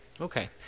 Okay